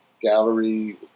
gallery